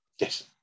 Yes